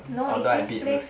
no is this place